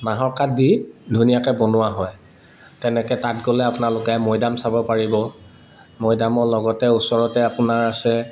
নাহৰ কাঠ দি ধুনীয়াকে বনোৱা হয় তেনেকে তাত গ'লে আপোনালোকে মৈদাম চাব পাৰিব মৈদামৰ লগতে ওচৰতে আপোনাৰ আছে